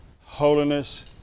holiness